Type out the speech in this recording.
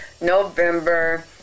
november